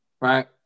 right